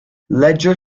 ledger